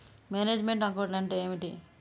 Manage meant account అంటే ఏమిటి?